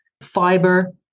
fiber